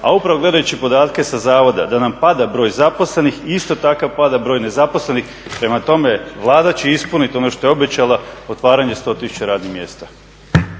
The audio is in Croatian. a upravo gledajući podatke sa zavoda da nam pada broj zaposlenih i isto takav pada broj nezaposlenih. Prema tome Vlada će ispunit ono što je obećala, otvaranje 100 000 radnih mjesta.